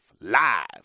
live